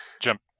jump